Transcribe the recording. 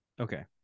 Okay